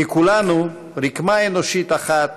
כי כולנו רקמה אנושית אחת,